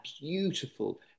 beautiful